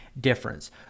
difference